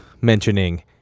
mentioning